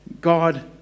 God